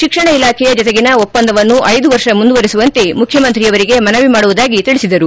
ಶಿಕ್ಷಣ ಇಲಾಖೆಯ ಜತೆಗಿನ ಒಪ್ಪಂದವನ್ನು ಐದು ವರ್ಷ ಮುಂದುವರೆಸುವಂತೆ ಮುಖ್ಯಮಂತ್ರಿಯವರಿಗೆ ಮನವಿ ಮಾಡುವುದಾಗಿ ತಿಳಿಸಿದರು